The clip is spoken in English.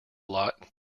lot